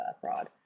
fraud